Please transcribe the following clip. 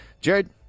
Jared